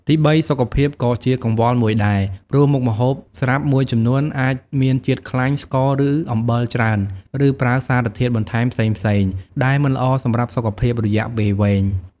ទីបី សុខភាពក៏ជាកង្វល់មួយដែរ ព្រោះមុខម្ហូបស្រាប់មួយចំនួនអាចមានជាតិខ្លាញ់ ស្ករ ឬអំបិលច្រើន ឬប្រើសារធាតុបន្ថែមផ្សេងៗ ដែលមិនល្អសម្រាប់សុខភាពរយៈពេលវែង។